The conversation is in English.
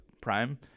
Prime